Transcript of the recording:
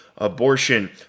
Abortion